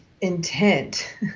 intent